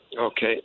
Okay